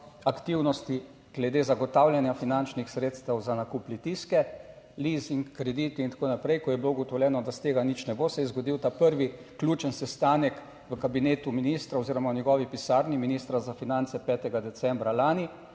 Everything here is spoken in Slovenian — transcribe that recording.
aktivnosti glede zagotavljanja finančnih sredstev za nakup Litijske, lizing krediti in tako naprej, ko je bilo ugotovljeno, da iz tega nič ne bo, se je zgodil ta prvi ključen sestanek v kabinetu ministra oziroma v njegovi pisarni ministra za finance 5. decembra lani,